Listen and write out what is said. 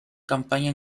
campaña